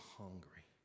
hungry